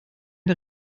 der